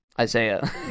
Isaiah